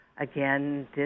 again